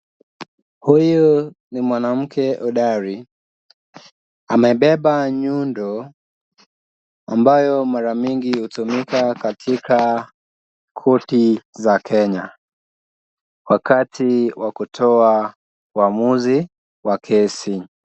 Huyu ni mwanamke hodari, Amebeba nyundo ambayo mara mingi hutumika katika korti za Kenya, wakati wa kutoa uamuzi wa kesi.